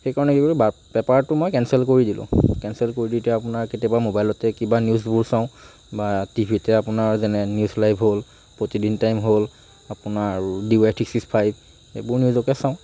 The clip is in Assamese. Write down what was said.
সেইকাৰণে কি কৰিলো পেপাৰটো মই কেনচেল কৰি দিলোঁ কেনচেল কৰি দি এতিয়া আপোনাৰ কেতিয়াবা মবাইলতে কিবা নিউজবোৰ চাওঁ বা টি ভিতে আপোনাৰ নিউজ লাইভ হ'ল প্ৰতিদিন টাইম হ'ল আপোনাৰ আৰু ডিৱাই থ্ৰী ছিক্স ফাইভ সেইবোৰ নিউজকে চাওঁ